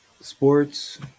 Sports